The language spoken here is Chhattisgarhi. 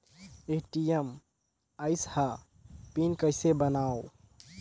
ए.टी.एम आइस ह पिन कइसे बनाओ?